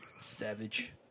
Savage